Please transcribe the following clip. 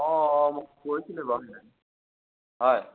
অঁ অঁ মোক কৈছিলে বাৰু সিদিনা